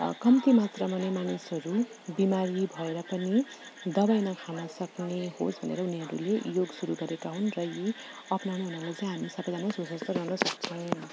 कम्ती मात्रमा नै मानिसहरू बिमारी भएर पनि दबाई नखान सक्ने होस् भनेर उनीहरूले योग सुरु गरेका हुन् त यी अपनाउनु हुनाले चाहिँ हामी सबजना सुस्वास्थ्य रहन सक्छौँ